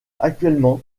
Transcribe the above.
actuellement